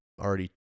already